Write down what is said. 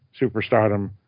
superstardom